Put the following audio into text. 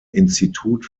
institut